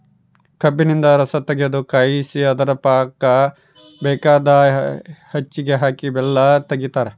ಕಬ್ಬಿನಿಂದ ರಸತಗೆದು ಕಾಯಿಸಿ ಅದರ ಪಾಕ ಬೇಕಾದ ಹೆಚ್ಚಿಗೆ ಹಾಕಿ ಬೆಲ್ಲ ತೆಗಿತಾರ